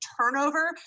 turnover